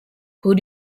who